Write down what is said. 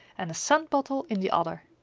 and a scent bottle in the other.